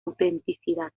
autenticidad